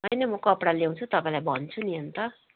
होइन म कपडा ल्याउँछु तपाईँलाई भन्छु नि अन्त